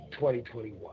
2021